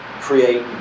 create